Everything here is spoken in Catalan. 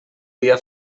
dia